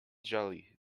jelly